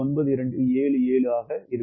9277 ஆக இருக்கும்